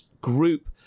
group